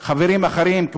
חברים אחרים,